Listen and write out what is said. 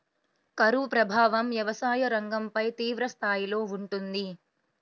కరువు ప్రభావం వ్యవసాయ రంగంపై తీవ్రస్థాయిలో ఉంటుంది